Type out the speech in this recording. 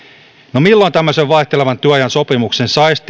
no milloin tämmöisen vaihtelevan työajan sopimuksen saisi